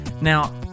Now